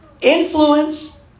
Influence